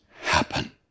happen